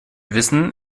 wissen